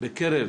בקרב